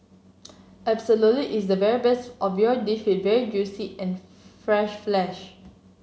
absolutely it's the very best of your dish with very juicy and fresh flesh